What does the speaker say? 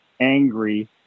angry